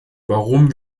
warum